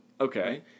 Okay